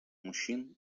мужчин